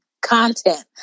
content